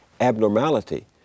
abnormality